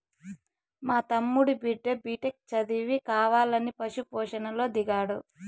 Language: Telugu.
మా తమ్ముడి బిడ్డ బిటెక్ చదివి కావాలని పశు పోషణలో దిగాడు